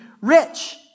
rich